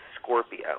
Scorpio